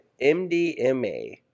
MDMA